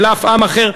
של אף עם אחר,